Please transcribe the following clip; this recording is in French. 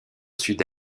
sud